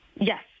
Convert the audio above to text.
yes